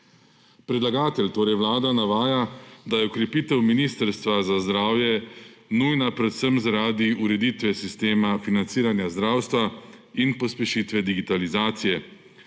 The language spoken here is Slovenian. Predlagatelj, torej Vlada, navaja, da je okrepitev Ministrstva za zdravje nujna predvsem zaradi ureditve sistema financiranja zdravstva in pospešitve digitalizacije